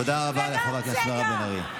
תודה רבה לחברת הכנסת מירב בן ארי.